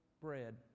bread